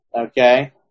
Okay